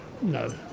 No